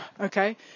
Okay